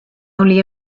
only